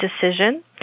decision